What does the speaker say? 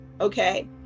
Okay